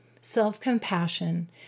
Self-compassion